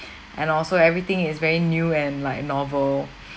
and also everything is very new and like novel